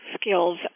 skills